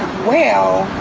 well,